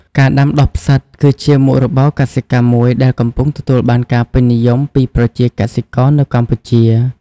ការដាំដុះផ្សិត គឺជាមុខរបរកសិកម្មមួយដែលកំពុងទទួលបានការពេញនិយមពីប្រជាកសិករនៅកម្ពុជា។